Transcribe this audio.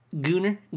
Gunner